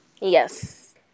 Yes